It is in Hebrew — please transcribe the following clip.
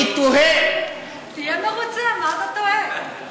אני תוהה, מה אתה תוהה?